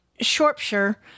Shropshire